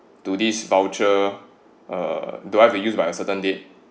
to this voucher uh do I have to use by a certain date